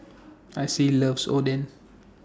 Acie loves Oden